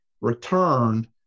returned